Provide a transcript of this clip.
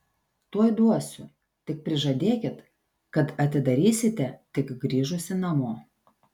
tuoj duosiu tik prižadėkit kad atidarysite tik grįžusi namo